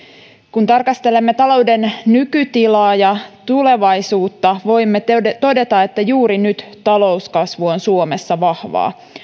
kun tarkastelemme talouden nykytilaa ja tulevaisuutta voimme todeta että juuri nyt talouskasvu on suomessa vahvaa